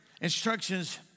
instructions